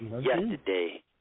yesterday